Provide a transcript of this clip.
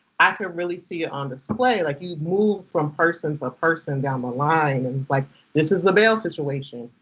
i could really see it on display. like you moved from person to so ah person, down the line. and was like this is the bail situation.